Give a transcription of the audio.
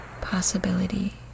possibility